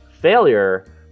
Failure